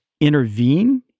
intervene